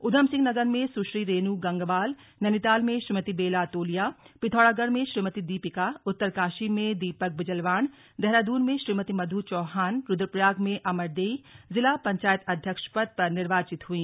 उधमसिंह नगर में सुश्री रेनू गंगवाल नैनीताल में श्रीमती बेला तोलिया पिथौरागढ़ में श्रीमती दीपिका उत्तरकाशी में दीपक बिजल्वाण देहरादून में श्रीमती मध्य चौहान रुद्रप्रयाग में अमरदेई जिला पंचायत अध्यक्ष पद पर निर्वाचित हुई